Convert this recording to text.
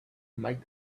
might